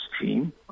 team